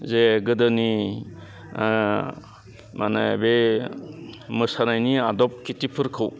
जे गोदोनि माने बे मोसानायनि आदब खान्थिफोरखौ